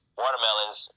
watermelons